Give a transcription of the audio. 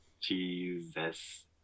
Jesus